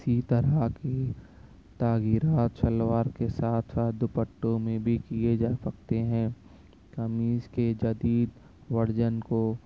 اسی طرح کی تغیرات شلوار کے ساتھ ساتھ دوپٹوں میں بھی کیے جا سکتے ہیں قمیص کے جدید ورزن کو